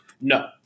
No